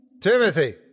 Timothy